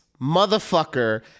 motherfucker